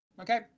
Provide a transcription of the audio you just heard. Okay